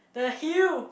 the hill